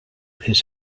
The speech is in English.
his